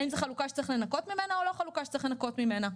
האם זה חלוקה שצריך לנכות ממנה או לא חלוקה שצריך לנכות ממנה?